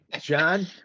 John